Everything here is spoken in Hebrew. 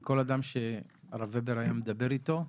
כל אדם שהרב הבר היה מדבר איתו,